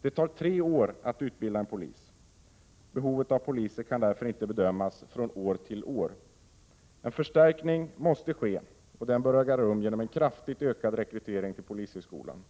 Det tar tre år att utbilda en polis. Behovet av poliser kan därför inte bedömas från år till år. En förstärkning måste ske, och denna bör äga rum genom en kraftigt ökad rekrytering till polishögskolan.